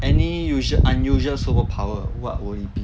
any usual unusual superpower what would it be